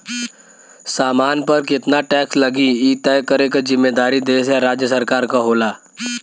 सामान पर केतना टैक्स लगी इ तय करे क जिम्मेदारी देश या राज्य सरकार क होला